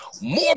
more